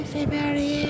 February